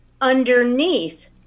underneath